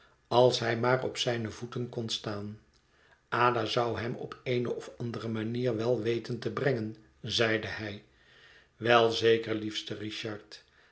als hij maar op zijne voeten kon staan ada zou hem op eene of andere manier wel weten te brengen zeide hij wel zeker liefste richard